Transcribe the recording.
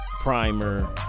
primer